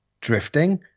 drifting